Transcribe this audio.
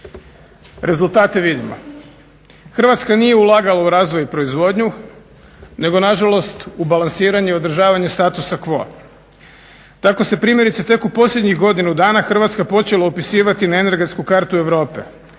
Rezultate vidimo. Hrvatska nije ulagala u razvoj i proizvodnju nego nažalost u balansiranje i održavanje statusa quo. Tako se primjerice tek u posljednjih godinu dana Hrvatska počela upisivati na energetsku kartu Europe,